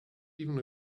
even